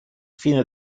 fine